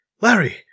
Larry